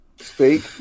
Speak